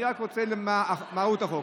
אני מתכוון רק למהות החוק.